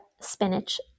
spinach